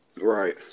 Right